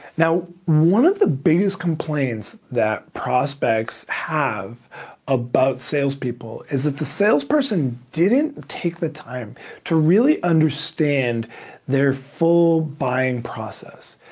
one of the biggest complaints that prospects have about sales people is that the sales person didn't take the time to really understand their full buying process.